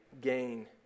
gain